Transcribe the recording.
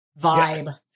vibe